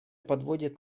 подводит